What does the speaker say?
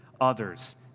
others